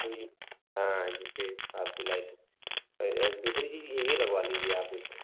थोड़ी जी हाँ जैसे आपकी लाइट दूसरी चीज ये लगवा लीजिए आप एक बार